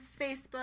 Facebook